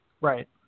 Right